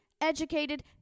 educated